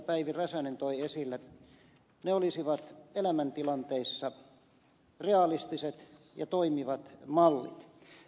päivi räsänen toi esille olisivat elämäntilanteissa realistiset ja toimivat mallit